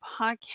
podcast